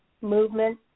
movement